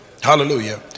hallelujah